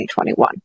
2021